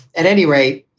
at any rate,